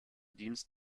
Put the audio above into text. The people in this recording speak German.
dienst